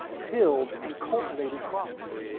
tilled, and cultivated crops.